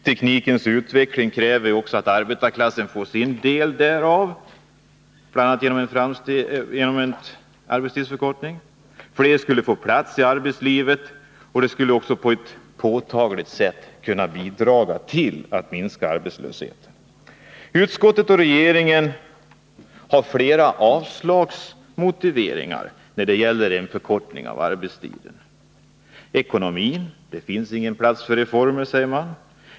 Teknikens utveckling kräver att också arbetarklassen får sin del därav, bl.a. genom en arbetstidsförkortning. Fler skulle då få plats i arbetslivet, och det skulle på ett påtagligt sätt kunna bidra till att minska arbetslösheten. Utskottet och regeringen har flera motiveringar för avslag på förslaget om en förkortning av arbetstiden. Ekonomin är en — det finns ingen plats för reformer, säger man.